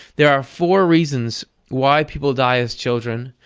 there are four reasons why people die as children,